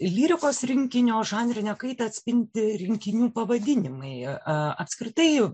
lyrikos rinkinio žanrinią kaitą atspindi rinkinių pavadinimai apskritai